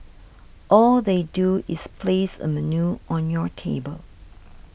all they do is place a menu on your table